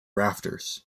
rafters